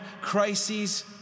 crises